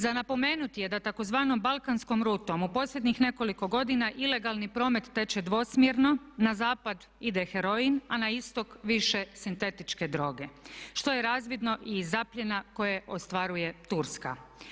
Za napomenuti je da tzv. Balkanskom rutom u posljednjih nekoliko godina ilegalni promet teče dvosmjerno, na zapad ide heroin a na istok više sintetičke droge što je razvidno i iz zapljena koje ostvaruje Turska.